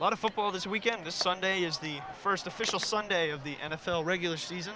a lot of football this weekend this sunday is the first official sunday of the n f l regular season